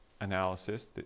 analysis